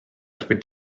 erbyn